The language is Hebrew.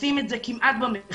עושים את זה כמעט במחשכים.